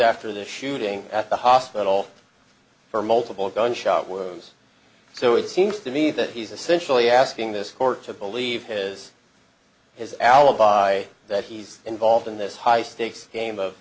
after the shooting at the hospital for multiple gunshot wounds so it seems to me that he's essentially asking this court to believe his his alibi that he's involved in this high stakes game of